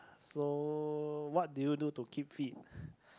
so what do you do to keep fit